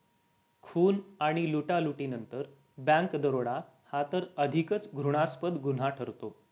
खून आणि लुटालुटीनंतर बँक दरोडा हा तर अधिकच घृणास्पद गुन्हा ठरतो